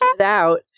out